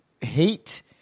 hate